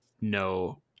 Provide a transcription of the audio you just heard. no